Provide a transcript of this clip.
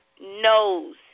knows